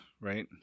right